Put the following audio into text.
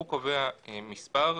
הוא קובע מספר,